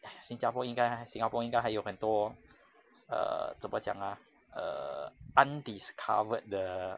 !hais! 新加坡应该 singapore 应该还有很多 err 怎么讲 ah err undiscovered 的